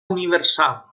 universal